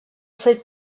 fet